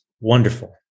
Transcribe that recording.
wonderful